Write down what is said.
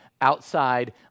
Outside